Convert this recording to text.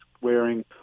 wearing